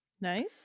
Nice